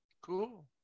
cool